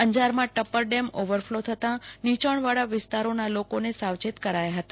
અંજારમાં ટેપ્પરડેમ ઓવરફલો થતાં નીયાણવાળા વિસ્તારોના લોકોને સાવચેત કરાયા હતા